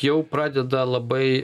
jau pradeda labai